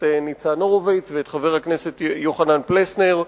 ניצן הורוביץ ואת חבר הכנסת יוחנן פלסנר.